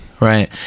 Right